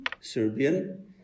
Serbian